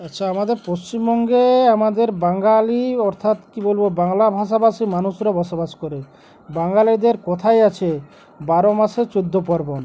আচ্ছা আমাদের পশ্চিমবঙ্গে আমাদের বাঙালি অর্থাৎ কী বলবো বাংলা ভাষাভাষী মানুষরা বসবাস করে বাঙালিদের কথাই আছে বারো মাসে চোদ্দ পর্বণ